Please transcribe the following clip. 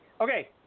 Okay